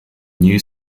new